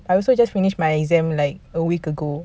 I also just finish my exam like a week ago